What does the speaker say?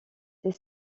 c’est